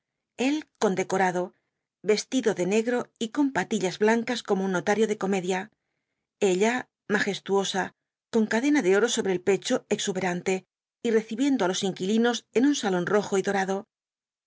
él condecorado vestido de negro y con patillas blancas como un notario de comedia ella majestuosa con cadena de oro sobre el pecho exuberante y recibiendo á los inquilinos en un salón rojo y dorado